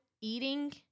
eating